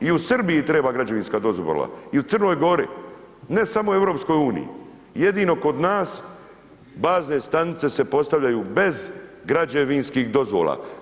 I u Srbiji im treba građevinska dozvola, i u Crnoj Gori, ne samo u EU-u, jedino kod nas bazne stanice se postavljaju bez građevinskih dozvola.